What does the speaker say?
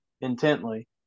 intently